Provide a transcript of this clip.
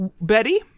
Betty